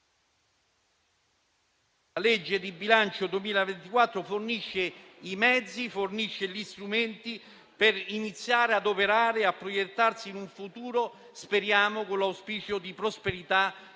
la legge di bilancio 2024 fornisce i mezzi e gli strumenti per iniziare ad operare e a proiettarsi in un futuro, con l'auspicio di prosperità che